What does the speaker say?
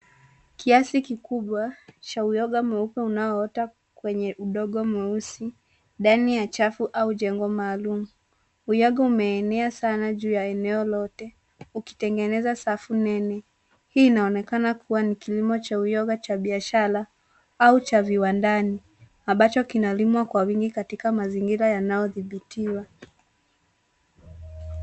Kiasi kikubwa cha uyoga mweupe unaoota kwenye udongo mweusi ndani ya chafu au jengo maalumu. Uyoga umeenea sana juu ya eneo lote, ukitengeneza safu nene. Hii inaonekana kuwa ni kilimo cha uyoga cha biashara au cha viwandani, ambacho kinalimwa kwa wingi katika mazingira yanaothibitiwa.